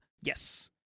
Yes